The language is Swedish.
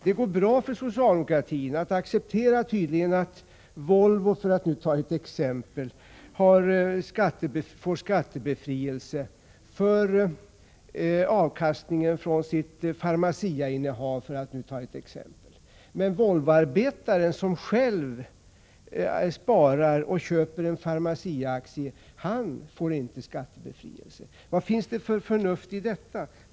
Det går tydligen bra för socialdemokraterna att acceptera att Volvo, för att nu ta ett exempel, får skattebefrielse för avkastningen från sitt Pharmaciainnehav. Men Volvoarbetaren som själv sparar och köper en Pharmaciaaktie får inte skattebefrielse. Vilket förnuft finns det i detta?